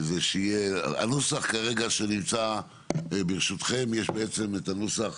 הנוסח שנמצא ברשותכם, יש את הנוסח